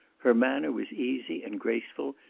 her manner was easy and graceful,